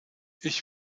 ich